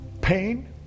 pain